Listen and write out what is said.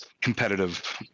competitive